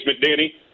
Danny